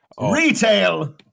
Retail